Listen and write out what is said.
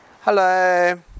Hello